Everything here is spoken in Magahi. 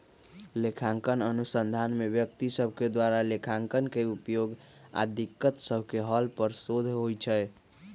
लेखांकन अनुसंधान में व्यक्ति सभके द्वारा लेखांकन के उपयोग आऽ दिक्कत सभके हल पर शोध होइ छै